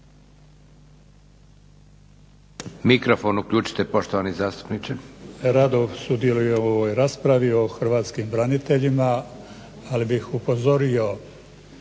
Mikrofon uključite poštovani zastupniče.